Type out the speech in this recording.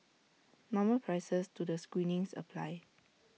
normal prices to the screenings apply